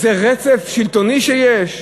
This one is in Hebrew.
זה הרצף השלטוני שיש?